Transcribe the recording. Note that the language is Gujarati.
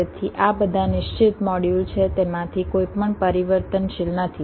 તેથી આ બધા નિશ્ચિત મોડ્યુલ છે તેમાંથી કોઈ પણ પરિવર્તનશીલ નથી